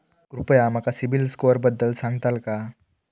कृपया माका सिबिल स्कोअरबद्दल सांगताल का?